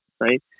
right